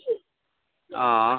अँ